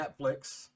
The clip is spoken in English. Netflix